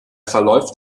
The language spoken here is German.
verläuft